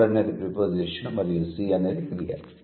'over' అనేది preposition మరియు 'see' అనేది క్రియ